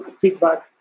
feedback